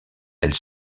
elle